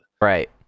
right